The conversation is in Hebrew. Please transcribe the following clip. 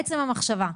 עצם המחשבה.